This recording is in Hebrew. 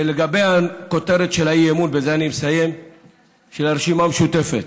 ולגבי הכותרת של האי-אמון של הרשימה המשותפת,